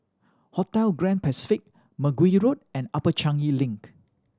Hotel Grand Pacific Mergui Road and Upper Changi Link